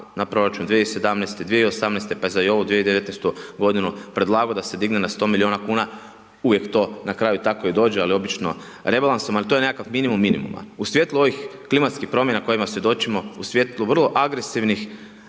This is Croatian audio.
na proračun 2017.-te, 2018.-te, pa i za ovu 2019.-tu godinu predlagao da se digne na 100 milijuna kuna, uvijek to na kraju tako i dođe, ali obično rebalansom, ali to je nekakav minimum minimuma. U svijetlu ovih klimatskih promjena kojima svjedočimo, u svijetlu vrlo agresivnih